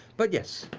but yes,